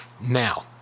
now